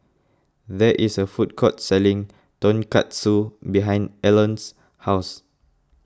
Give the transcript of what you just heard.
there is a food court selling Tonkatsu behind Elon's house